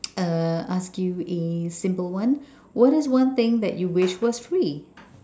uh ask you a simple one what is one thing that you wish was free